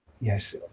Yes